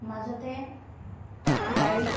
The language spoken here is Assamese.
মাজতে গাড়ীত